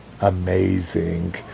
amazing